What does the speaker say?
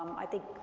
i think,